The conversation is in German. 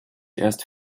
erst